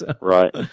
Right